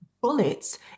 bullets